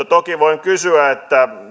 toki voin kysyä